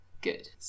Good